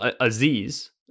Aziz